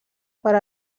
per